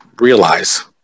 realize